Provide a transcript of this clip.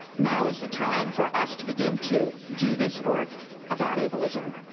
now is the time for us to begin to do this work about ableism.